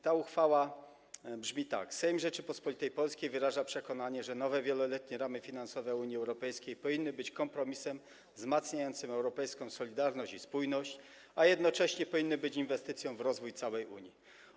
Ta uchwała brzmi tak: Sejm Rzeczypospolitej Polskiej wyraża przekonanie, że nowe wieloletnie ramy finansowe Unii Europejskiej powinny być kompromisem wzmacniającym europejską solidarność i spójność, a jednocześnie powinny być inwestycją w rozwój całej Unii.